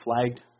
flagged